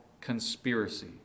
conspiracy